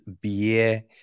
Bier